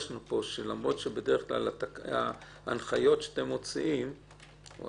למרות שבדרך כלל ההנחיות שאתם מוציאים לא